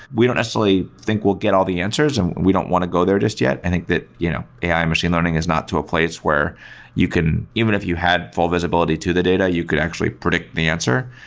we don't necessarily think we'll get all the answers and we don't want to go there just yet. i think that you know ai and machine learning is not to a place where you can even if you had full visibility to the data, you could actually predict the answer.